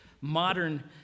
modern